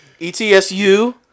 ETSU